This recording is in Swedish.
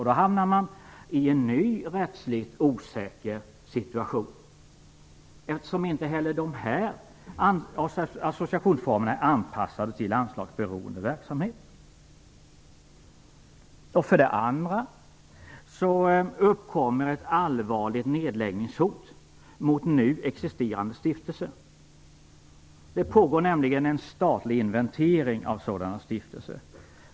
Då hamnar man i en ny, rättsligt osäker situation, eftersom inte heller dessa associationsformer är anpassade till anslagsberoende verksamhet. För det andra uppkommer ett allvarligt nedläggningshot mot nu existerande stiftelser. Det pågår nämligen en statlig inventering av sådana stiftelser.